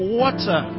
water